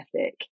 ethic